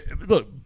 Look